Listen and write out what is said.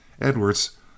edwards